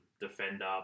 defender